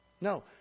No